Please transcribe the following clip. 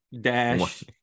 dash